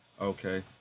Okay